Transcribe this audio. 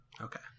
okay